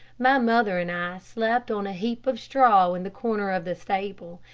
my mother and i slept on a heap of straw in the corner of the stable,